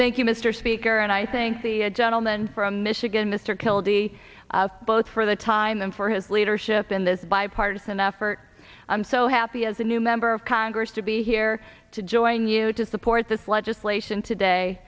thank you mr speaker and i think the gentleman from michigan mr kildee both for the time for his leadership in this bipartisan effort i'm so happy as a new member of congress to be here to join you to support this legislation today